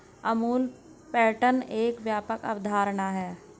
Amul pattern एक व्यापक अवधारणा है